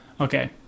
Okay